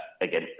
again